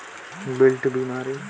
आलू म कौन का बीमारी होथे?